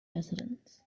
residents